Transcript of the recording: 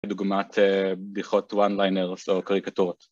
לדוגמת בדיחות one liners או קריקטורות